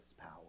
power